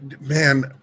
Man